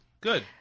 Good